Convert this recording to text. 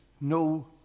no